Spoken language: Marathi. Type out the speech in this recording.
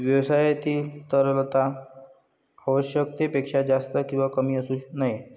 व्यवसायातील तरलता आवश्यकतेपेक्षा जास्त किंवा कमी असू नये